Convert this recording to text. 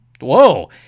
whoa